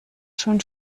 schön